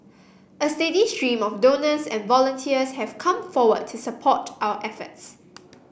a steady stream of donors and volunteers has come forward to support our efforts